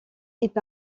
est